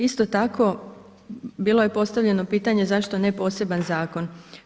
Isto tako, bilo je postavljeno pitanje zašto ne poseban zakon?